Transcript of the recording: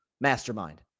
mastermind